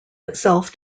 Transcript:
itself